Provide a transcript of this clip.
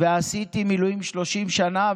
עשיתי מילואים 30 שנה,